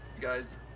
guys